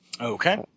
Okay